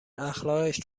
اخلاقش